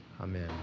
Amen